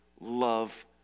love